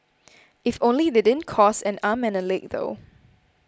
if only they didn't cost and arm and a leg though